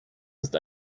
ist